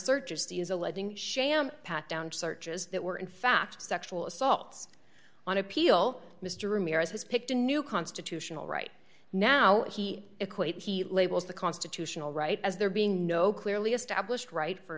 searches to use alleging sham pat down searches that were in fact sexual assaults on appeal mr ramirez has picked a new constitutional right now he equate he labels the constitutional right as there being no clearly established right for